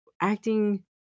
acting